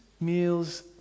meals